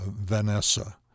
Vanessa